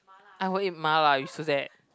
I will eat mala used to that